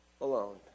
alone